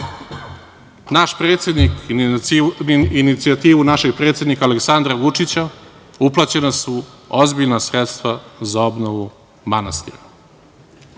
naš predsednik, na inicijativu našeg predsednika Aleksandra Vučića uplaćena su ozbiljna sredstva za obnovu manastira.